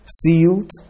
sealed